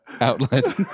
outlet